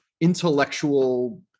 intellectual